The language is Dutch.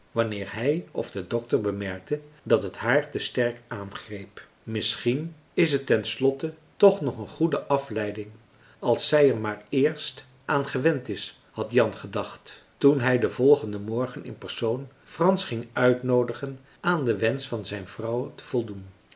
wanneer hij of de dokter bemerkte dat het haar te sterk aangreep misschien is het ten slotte toch nog een goede afleiding als zij er maar eerst aan gewend is had jan gedacht toen hij den volgenden morgen in persoon frans ging uitnoodigen aan den wensch van zijn vrouw te voldoen